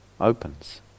opens